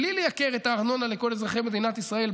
בלי לייקר את הארנונה לכל אזרחי מדינת ישראל,